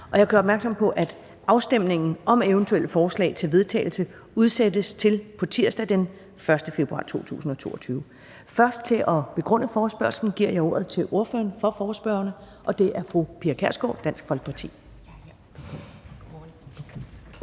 Jeg gør opmærksom på, at afstemning om eventuelle forslag til vedtagelse udsættes til tirsdag den 1. februar 2022. Først for at begrunde forespørgslen giver jeg ordet til ordføreren for forespørgerne, og det er fru Pia Kjærsgaard, Dansk Folkeparti. Kl.